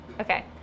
Okay